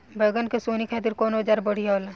बैगन के सोहनी खातिर कौन औजार बढ़िया होला?